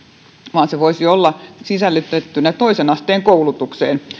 vaan se voisi olla sisällytettynä toisen asteen koulutukseen